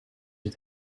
het